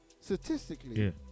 statistically